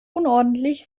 unordentlich